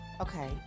okay